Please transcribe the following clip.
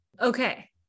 okay